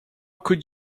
could